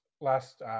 last